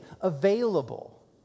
available